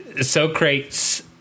Socrates